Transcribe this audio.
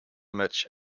match